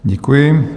Děkuji.